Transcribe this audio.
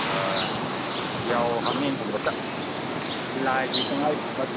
ꯑꯥ ꯌꯥꯎ ꯍꯃꯦꯡꯒꯨꯝꯕꯗ ꯂꯥꯏꯒꯤ ꯇꯉꯥꯏ